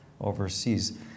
overseas